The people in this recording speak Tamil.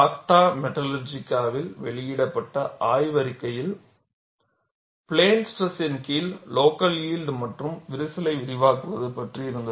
ஆக்டா மெட்டலூர்கிகாவில் வெளியிடப்பட்ட ஆய்வறிக்கையில் பிளேன் ஸ்ட்ரெஸின் கீழ் லோக்கல் யில்ட் மற்றும் விரிசலை விரிவாக்குவது பற்றி இருந்து